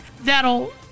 that'll